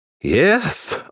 Yes